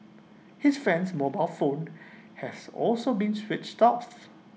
his friend's mobile phone has also been switched off